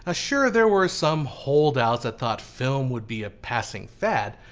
ah sure there were some hold outs that thought film would be a passing fad,